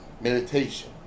Meditation